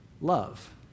love